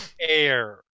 air